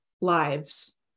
lives